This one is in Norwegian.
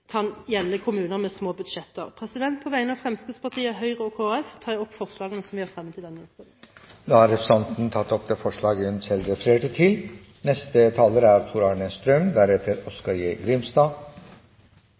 kan gjelde for kommuner med små budsjetter. På vegne av Fremskrittspartiet, Høyre og Kristelig Folkeparti tar jeg opp forslagene som vi har fremmet i denne innstillingen. Representanten Siri A. Meling har tatt opp de forslagene hun refererte til.